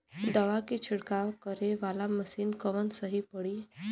दवा के छिड़काव करे वाला मशीन कवन सही पड़ी?